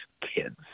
kids